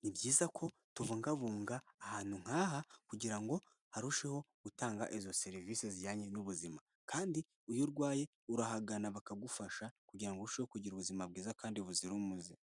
Ni byiza ko tubungabunga ahantu nk'aha kugira ngo harusheho gutanga izo serivisi zijyanye n'ubuzima, kandi iyo urwaye urahagana bakagufasha kugirango urusheho kugira ubuzima bwiza kandi buzira umuze.